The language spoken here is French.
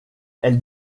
elle